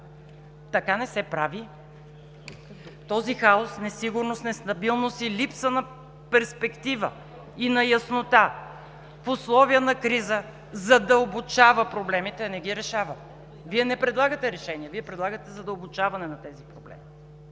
Така не се прави! Този хаос, несигурност, нестабилност и липса на перспектива, и на яснота в условия на криза задълбочава проблемите, а не ги решава. Вие не предлагате решения, Вие предлагате задълбочаване на тези проблеми.